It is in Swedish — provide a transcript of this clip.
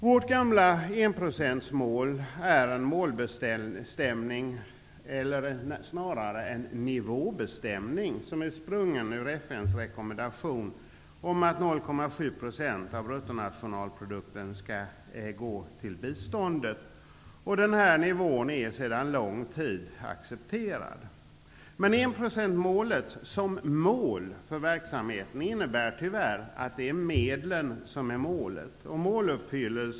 Vårt gamla enprocentsmål är en nivåbestämning sprungen ur FN:s rekommendation att 0,7 % av bruttonationalprodukten skall gå till biståndet. Denna nivå är sedan lång tid accepterad. Men enprocentsmålet som mål för verksamheten innebär, tyvärr, att det är medlen som är målet.